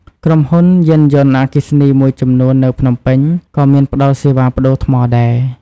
ក្រុមហ៊ុនយានយន្តអគ្គីសនីមួយចំនួននៅភ្នំពេញ ក៏មានផ្តល់សេវាប្ដូរថ្មដែរ។